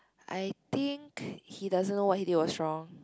I think he doesn't know what he was wrong